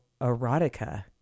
erotica